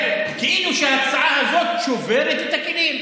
כאילו שההצעה הזאת שוברת את הכלים.